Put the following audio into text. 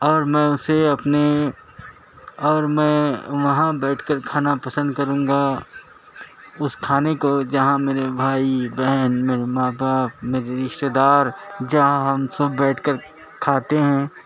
اور میں اسے اپنے اور میں وہاں بیٹھ کر کھانا پسند کروں گا اس کھانے کو جہاں میرے بھائی بہن میرے ماں باپ میرے رشتہ دار جہاں ہم سب بیٹھ کر کھاتے ہیں